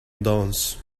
dance